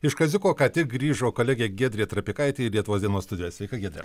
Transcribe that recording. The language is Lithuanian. iš kaziuko ką tik grįžo kolegė giedrė trapikaitė į lietuvos dienos studiją sveika giedre